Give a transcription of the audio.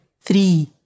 three